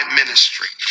ministry